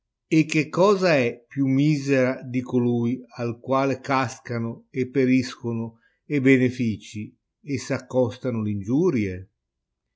e che cosa è più misera di colui al qual cascano e periscono e benefici e s'accostano l'ingiurie